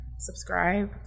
Subscribe